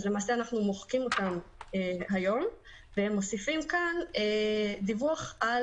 למעשה אנחנו מוחקים אותם היום ומוסיפים דיווח על